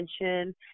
attention